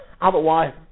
otherwise